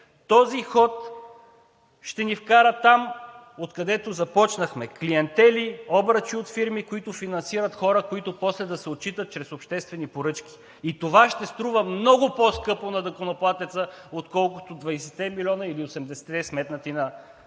Този ход ще ни вкара там, откъдето започнахме – клиентели, обръчи от фирми, които финансират хора, които после да се отчитат чрез обществени поръчки. Това ще струва много по-скъпо на данъкоплатеца, отколкото двадесетте милиона